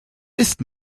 ist